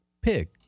pig